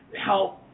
help